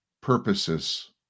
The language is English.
purposes